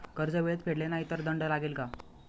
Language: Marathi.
कर्ज वेळेत फेडले नाही तर दंड लागेल का?